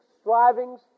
strivings